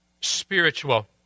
spiritual